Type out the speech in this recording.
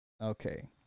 Okay